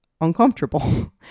Uncomfortable